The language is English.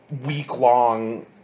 week-long